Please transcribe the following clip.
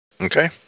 Okay